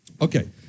Okay